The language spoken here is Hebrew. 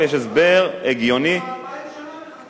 יש הסבר הגיוני, זה כבר אלפיים שנה מחכה.